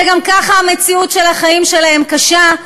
שגם ככה מציאות החיים שלהם קשה,